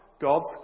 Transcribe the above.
God's